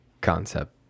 concept